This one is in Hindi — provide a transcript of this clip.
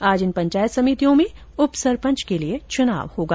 आज इन पंचायत समितियों में उप सरपंच का चुनाव होगा